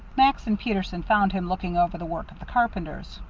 max and peterson found him looking over the work of the carpenters.